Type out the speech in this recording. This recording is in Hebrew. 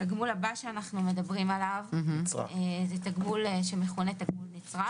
התגמול הבא שאנחנו מדברים עליו הוא תגמול שמכונה תגמול נצרך.